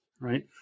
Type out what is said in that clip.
right